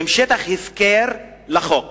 שהם שטח הפקר לחוק,